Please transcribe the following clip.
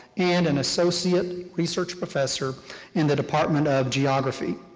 and an associate research professor in the department of geography.